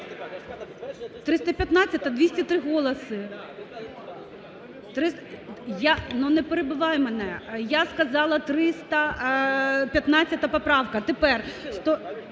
315-а – 203 голоси. Не перебивай мене, я сказала, 315 поправка. Тепер…